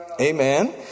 amen